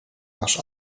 was